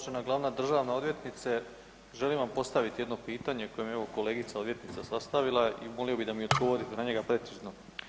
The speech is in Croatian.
Uvažena glavna državna odvjetnice, želim vam postaviti jedno pitanje koje mi je evo kolegica odvjetnica sastavila i molio bih da mi odgovorite na njega precizno.